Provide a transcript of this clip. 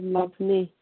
ꯂꯥꯛꯄꯅꯦ